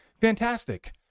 Fantastic